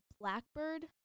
Blackbird